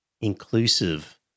inclusive